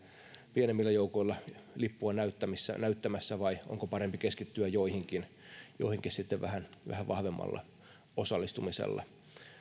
pienemmillä joukoilla lippua näyttämässä näyttämässä vai onko parempi keskittyä joihinkin joihinkin vähän vähän vahvemmalla osallistumisella